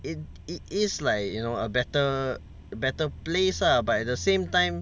it it is like you know a better better place lah but at the same time